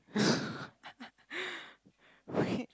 okay